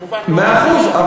מאה אחוז.